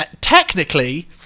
technically